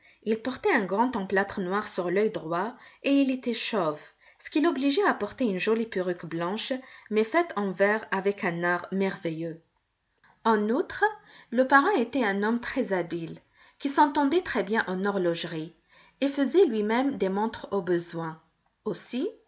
il portait un grand emplâtre noir sur l'œil droit et il était chauve ce qui l'obligeait à porter une jolie perruque blanche mais faite en verre avec un art merveilleux en outre le parrain était un homme très-habile qui s'entendait très-bien en horlogerie et faisait lui-même des montres au besoin aussi